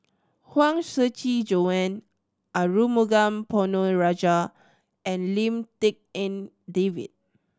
Huang Shiqi Joan Arumugam Ponnu Rajah and Lim Tik En David